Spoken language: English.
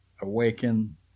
awaken